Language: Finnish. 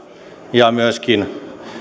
ja myöskin